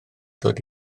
dod